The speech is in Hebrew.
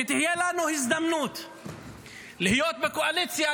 כשתהיה לנו הזדמנות להיות בקואליציה,